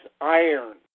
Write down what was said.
iron